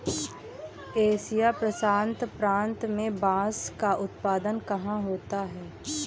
Asia प्रशांत प्रांत में बांस का उत्पादन कहाँ होता है?